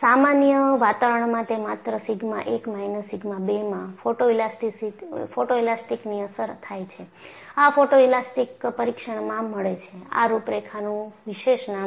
સામાન્ય વાતાવરણમાં તે માત્ર સિગ્મા 1 માઈનસ સિગ્મા 2 માં ફોટોએલાસ્ટિકની અસર થાય છે આ ફોટોએલાસ્ટિક પરીક્ષણમાં મળે છે આ રૂપરેખાનું વિશેષ નામ છે